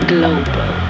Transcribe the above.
Global